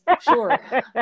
Sure